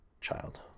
child